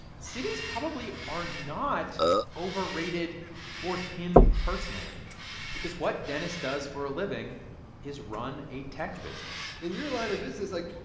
cities probably are not overrated for him personally because what dennis does for a living is run a tech business in your line of business, like,